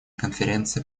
конференции